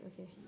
Okay